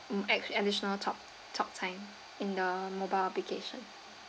um an additional talk talk time in the mobile application